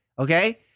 okay